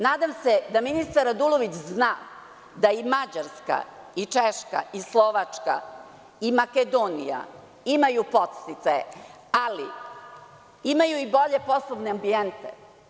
Nadam se da ministar Radulović zna da i Mađarska, i Češka, i Slovačka, i Makedonija imaju podsticaje, ali imaju i bolje poslovne ambijente.